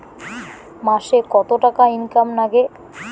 মাসে কত টাকা ইনকাম নাগে?